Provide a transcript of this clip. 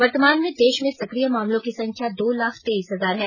वर्तमान में देश में सकिय मामलों की संख्या दो लाख तेईस हजार है